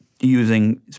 using